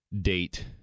date